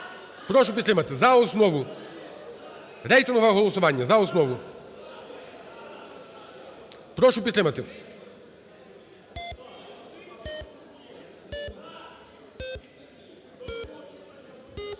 Прошу підтримати. За основу. Рейтингове голосування за основу. Прошу підтримати.